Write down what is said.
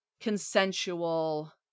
consensual